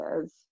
says